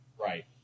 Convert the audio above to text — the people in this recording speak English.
Right